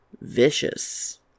vicious